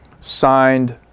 signed